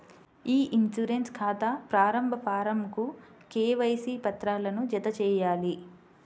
ఇ insurance ఖాతా ప్రారంభ ఫారమ్కు కేవైసీ పత్రాలను జతచేయాలి